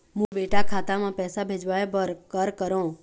मोर बेटा खाता मा पैसा भेजवाए बर कर करों?